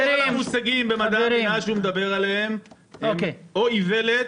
המושגים במדעי המדינה שהוא מדבר עליהם הם או איוולת,